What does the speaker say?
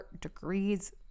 degrees